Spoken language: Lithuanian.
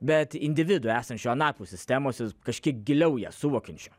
bet individu esančiu anapus sistemos ir kažkiek giliau ją suvokiančiu